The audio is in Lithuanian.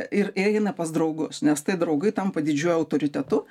ir eina pas draugus nes tai draugai tampa didžiuoju autoritetu